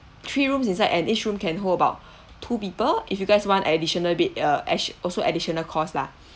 three rooms inside and each room can hold about two people if you guys want additional bed uh ad~ also additional cost lah